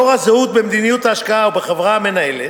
לאור הזהות במדיניות ההשקעה ובחברה המנהלת.